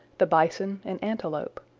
the bison and antelope,